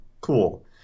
Cool